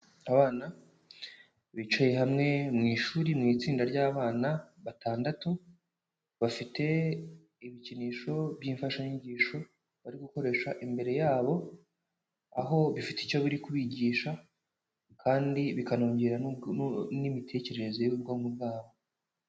Abana bicaye hamwe mu ishuri mu itsinda ry'abana batandatu, bafite ibikinisho by'imfashanyigisho bari gukoresha imbere yabo, aho bifite icyo biri kubigisha kandi bikanongera n'imitekerereze y'ubwonko bwabo.